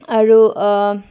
আৰু